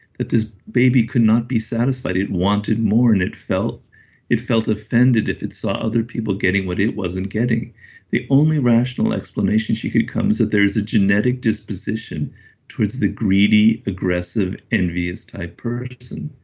that this baby could not be satisfied. it wanted more and it felt it felt offended if it saw other people getting what it wasn't getting the only rational explanation she could come is that there is a genetic disposition towards the greedy, aggressive, envious type person.